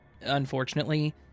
Unfortunately